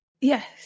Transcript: Yes